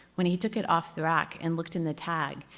when he took it off the rack and looked in the tag,